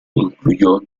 incluyó